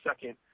second